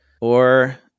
Or-